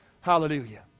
Hallelujah